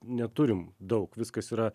neturim daug viskas yra